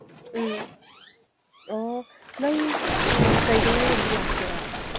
ꯎꯝ ꯑꯣ ꯅꯪ ꯀꯩꯗꯧꯉꯩꯒꯨꯝꯕ ꯂꯥꯛꯀꯦꯔꯥ